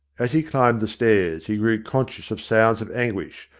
as he climbed the stairs he grew conscious of sounds of anguish,